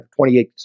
28